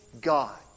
God